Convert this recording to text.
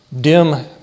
dim